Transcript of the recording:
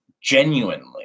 genuinely